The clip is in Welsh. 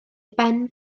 ben